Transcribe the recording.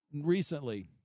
Recently